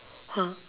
!huh!